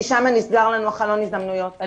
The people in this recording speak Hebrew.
כי שם נסגר לנו חלון ההזדמנויות.